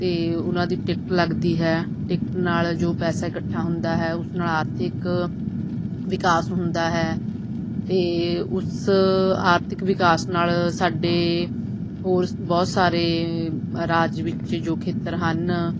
ਅਤੇ ਉਹਨਾਂ ਦੀ ਟਿਕਟ ਲੱਗਦੀ ਹੈ ਟਿਕਟ ਨਾਲ ਜੋ ਪੈਸਾ ਇਕੱਠਾ ਹੁੰਦਾ ਹੈ ਉਸ ਨਾਲ ਆਰਥਿਕ ਵਿਕਾਸ ਹੁੰਦਾ ਹੈ ਅਤੇ ਉਸ ਆਰਥਿਕ ਵਿਕਾਸ ਨਾਲ ਸਾਡੇ ਹੋਰ ਬਹੁਤ ਸਾਰੇ ਰਾਜ ਵਿੱਚ ਜੋ ਖੇਤਰ ਹਨ